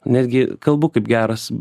netgi kalbu kaip geras